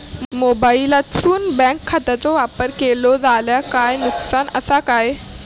मोबाईलातसून बँक खात्याचो वापर केलो जाल्या काय नुकसान असा काय?